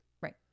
Right